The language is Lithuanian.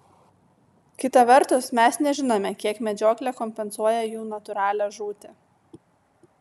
kita vertus mes nežinome kiek medžioklė kompensuoja jų natūralią žūtį